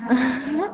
ହଁ